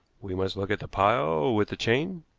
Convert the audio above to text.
we must look at the pile with the chain,